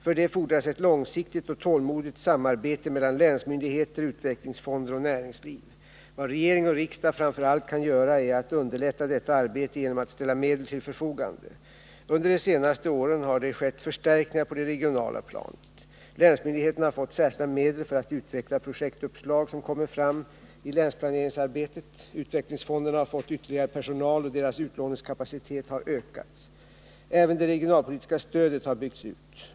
För det fordras ett långsiktigt och tålmodigt samarbete mellan länsmyndigheter, utvecklingsfonder och näringsliv. Vad regering och riksdag framför allt kan göra är att underlätta detta arbete genom att ställa medel till förfogande. Under de senaste åren har det skett förstärkningar på det regionala planet. Länsmyndigheterna har fått särskilda medel för att utveckla projektuppslag som kommer fram i länsplaneringsarbetet, utvecklingsfonderna har fått ytterligare personal och deras utlåningskapacitet har ökats. Även det regionalpolitiska stödet har byggts ut.